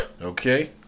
Okay